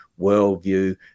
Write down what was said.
worldview